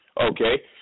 okay